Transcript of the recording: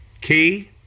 Key